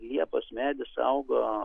liepos medis augo